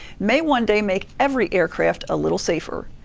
may one day make every aircraft a little safer.